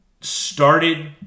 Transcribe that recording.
started